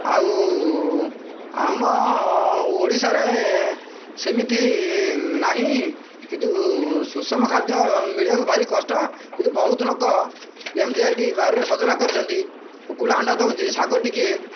ଆଉ ଆମ ଓଡ଼ିଶାରେ ସେମିତି ନାହିଁ କିନ୍ତୁ ସୁଷମ ଖାଦ୍ୟ ମିଳିବାକୁ ଭାରି କଷ୍ଟ କିନ୍ତୁ ବହୁତ ଲୋକ ଏମିତି ଏଇଟି ବାରିରେ ସଜନା କରିଛନ୍ତି କୁକୁଡ଼ା ଅଣ୍ଡା ଦଉଛି ଶାଗ ଟିକେ